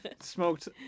smoked